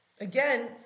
Again